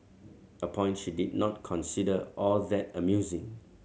a point she did not consider all that amusing